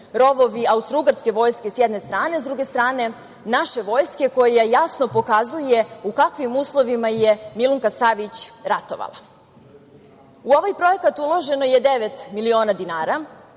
rovovi austrougarske vojske s jedne strane, s druge strane, naše vojske koja jasno pokazuje u kakvim uslovima je Milunka Savić ratovala.U ovaj projekat uloženo je devet miliona dinara,